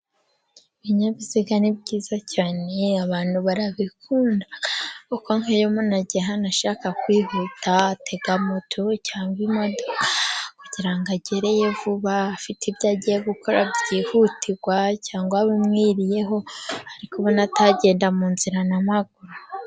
Ibinyabiziga ni byiza cyane abantu barabikunda. Kuko nk'iyo umuntu agiye ahantu ashaka kwihuta, atega moto cyangwa imodoka kugira ngo agereyo vuba, afite ibyo agiye gukora byihutirwa cyangwa bumwiriyeho ari kubona atagenda mu nzira n'amaguru.